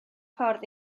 ffordd